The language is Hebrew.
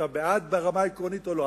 האם אתה בעד ברמה העקרונית או לא.